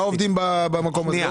היא מעסיקה עובדים במקום הזה?